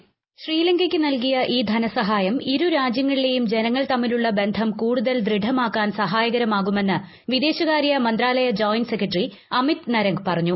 hold voice ശ്രീലങ്കയ്ക്ക് നൽകിയ ഈ ധനസഹായം ഇരുരാജ്യങ്ങളിലേയും ജനങ്ങൾ തമ്മിലുള്ള ബന്ധം കൂടുതൽ ദൃഢമാക്കാൻ സഹായകരമാകുമെന്ന് വിദേശകാര്യ മന്ത്രാലയ ജോയിന്റ് സെക്രട്ടറി അമിത് നരംഗ് പറഞ്ഞു